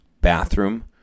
Bathroom